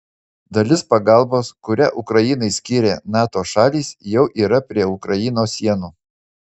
dalis pagalbos kurią ukrainai skyrė nato šalys jau yra prie ukrainos sienų